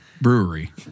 Brewery